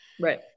Right